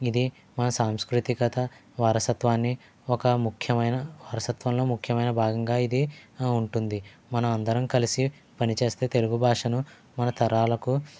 ఇది మన సాంస్కృతికత వారసత్వాన్ని ఒక ముఖ్యమైన వారసత్వంలో ఒక ముఖ్యమైన భాగంగా ఇది ఆ ఉంటుంది మనం అందరం కలిసి పనిచేస్తే తెలుగు భాషను మన తరాలకు